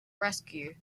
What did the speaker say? rescue